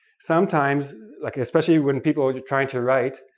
sometimes, like especially when people are trying to write,